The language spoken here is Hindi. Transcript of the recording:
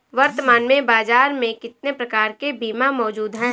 वर्तमान में बाज़ार में कितने प्रकार के बीमा मौजूद हैं?